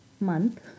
month